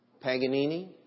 Paganini